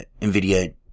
NVIDIA